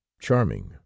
charming